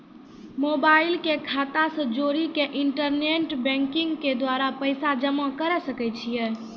Mobile के खाता से जोड़ी के इंटरनेट बैंकिंग के द्वारा पैसा जमा करे सकय छियै?